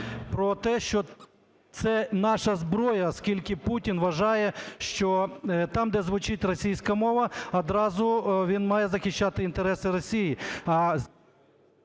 про те, що це наша зброя, оскільки Путін вважає, що там, де звучить російська мова, одразу він має захищати інтереси Росії,